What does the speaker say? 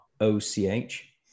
O-C-H